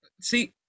See